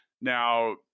Now